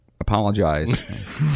Apologize